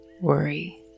worry